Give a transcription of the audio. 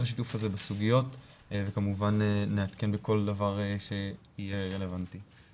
השיתוף הזה בסוגיות וכמובן נעדכן בכל דבר שיהיה רלוונטי.